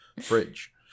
Fridge